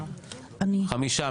חמישה.